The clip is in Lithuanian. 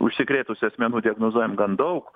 užsikrėtusių asmenų diagnozuojam gan daug